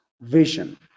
vision